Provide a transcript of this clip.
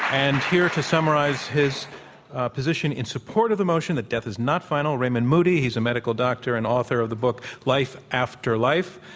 and here to summarize his position in support of the motion that death is not final, raymond moody, he's a medical doctor and author of the book, life after life,